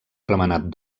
remenat